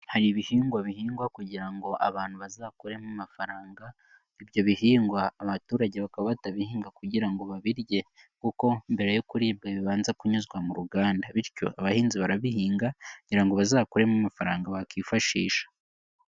Hari ibihingwa bihingwa kugira ngo abantu bazakuremo amafaranga, ibyo bihingwa abaturage bakaba batabihinga kugira ngo babirye kuko mbere yo kuribwa bibanza kunyuzwa mu ruganda, bityo abahinzi barabihinga kugira ngo bazakuremo amafaranga bakifashisha.